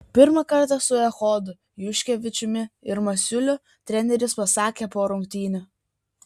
pirmą kartą su echodu juškevičiumi ir masiuliu treneris pasakė po rungtynių